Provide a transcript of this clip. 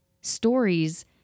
stories